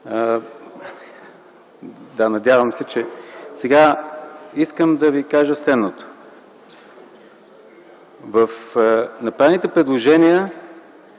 КБ.) Надявам се на това. Искам да ви кажа следното. В направените предложения